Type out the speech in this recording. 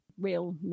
real